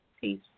Peace